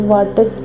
Water